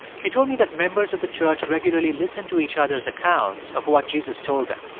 he told me that members of the church regularly listen to each other's accounts of what jesus told them.